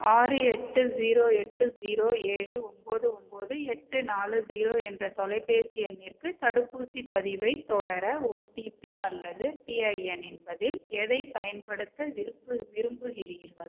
ஆறு எட்டு ஜீரோ எட்டு ஜீரோ ஏழு ஒம்போது ஒம்போது எட்டு நாலு ஜீரோ என்ற தொலைபேசி எண்ணிற்கு தடுப்பூசி பதிவை தொடர ஓடிபி அல்லது பிஐஎன் என்பதில் எதை பயன்படுத்த விரும்பு விரும்புகிறீர்கள்